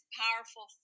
powerful